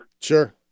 Sure